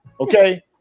Okay